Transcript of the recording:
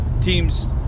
teams